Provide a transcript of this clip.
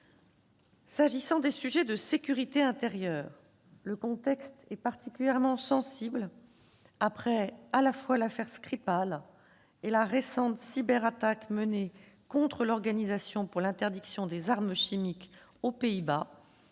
J'en viens à la sécurité intérieure. Le contexte est particulièrement sensible après l'affaire Skripal et la récente cyberattaque menée contre l'Organisation pour l'interdiction des armes chimiques aux Pays-Bas,